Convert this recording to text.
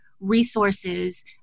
Resources